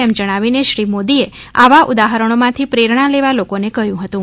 તેમ જણાવીને શ્રી મોદીએ આવા ઉદાહરણોમાંથી પ્રેરણા લેવા લોકોને કહ્યું હતું